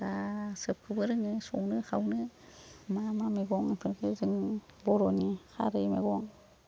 दा सोबखौबो रोङो संनो खावनो मा मा मैगं बेफोरखौ जों बर'नि खारै मैगं